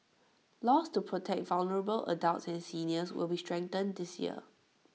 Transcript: laws to protect vulnerable adults and seniors will be strengthened this year